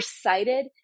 cited